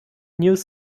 news